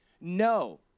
no